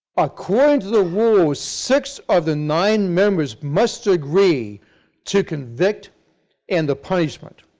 according to the rules, six of the nine members must agree to convict and the punishment.